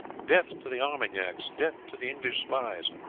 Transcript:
death to the armagnacs! death to the english spies